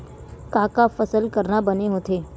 का का फसल करना बने होथे?